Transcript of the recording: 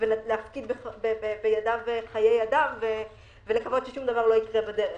ולהפקיד בידיו חיי אדם ולקוות ששום דבר לא יקרה בדרך.